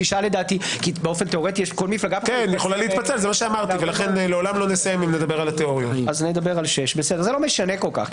תיאורטית כל מפלגה יכולה להתפצל אז נדבר על 6. זה לא משנה כל כך.